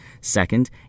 Second